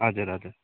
हजुर हजुर